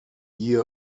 year